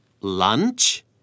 Lunch